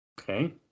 Okay